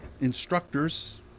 instructors